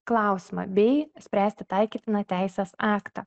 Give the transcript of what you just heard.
klausimą bei spręsti taikytiną teisės aktą